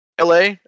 LA